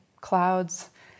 clouds